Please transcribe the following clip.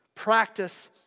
Practice